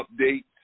update